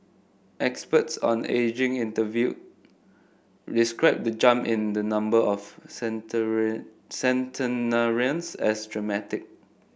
experts on ageing interviewed described the jump in the number of centenarians as dramatic